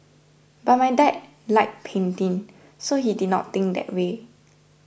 but my dad liked painting so he did not think that way